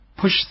push